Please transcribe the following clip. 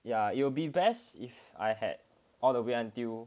yeah it will be best if I had all the way until